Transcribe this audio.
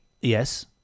Yes